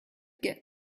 get